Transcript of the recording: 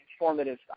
informative